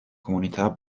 comunità